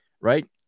right